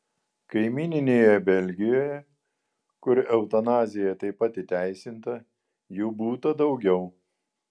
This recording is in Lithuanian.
kaimyninėje belgijoje kur eutanazija taip pat įteisinta jų būta daugiau